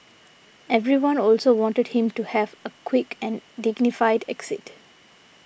everyone also wanted him to have a quick and dignified exit